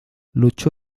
luchó